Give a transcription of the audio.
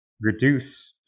reduce